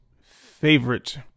favorite